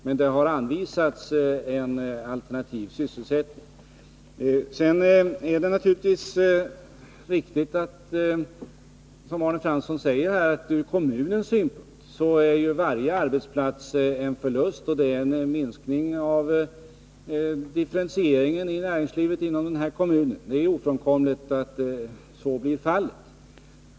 Men det har anvisats en alternativ sysselsättning. Sedan är det naturligtvis riktigt, som Arne Fransson säger, att från kommunens synpunkt är varje arbetsplats som försvinner en förlust, och nedläggningen innebär en minskning av differentieringen av näringslivet i denna kommun. Det är ofrånkomligt att så blir fallet.